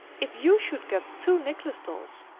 if you should get two nicholas dolls,